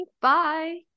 Bye